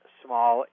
small